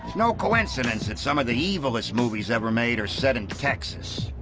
no coincidence that some of the evilest movies ever made are set in texas.